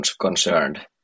concerned